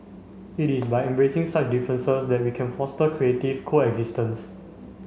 it is by embracing such differences that we can foster creative coexistence